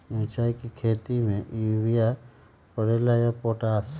मिर्ची के खेती में यूरिया परेला या पोटाश?